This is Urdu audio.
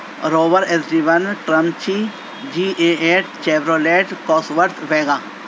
روور اس ڈی ون ٹرمچی G A eight Chevrolet Cosworth Vega